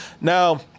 now